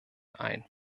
ein